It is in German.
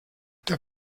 der